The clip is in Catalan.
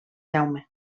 jaume